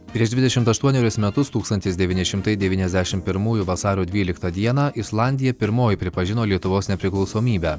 prieš dvidešimt aštuonerius metus tūkstantis devyni šimtai devyniasdešimt pirmųjų vasario dvyliktą dieną islandija pirmoji pripažino lietuvos nepriklausomybę